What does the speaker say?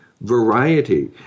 variety